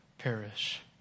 perish